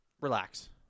Relax